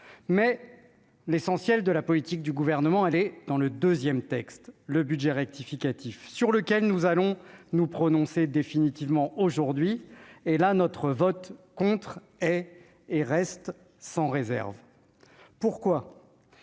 Mais l'essentiel de la politique du Gouvernement est matérialisé dans le deuxième texte, ce budget rectificatif, sur lequel nous allons nous prononcer définitivement aujourd'hui. Cette fois, notre vote contre sera sans réserve. En